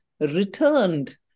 Returned